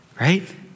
right